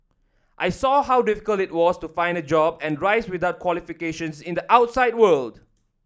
I saw how difficult it was to find a job and rise up without qualifications in the outside world